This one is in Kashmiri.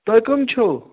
تۄہہِ کٕم چھو